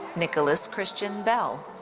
nicholas christian bell.